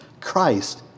Christ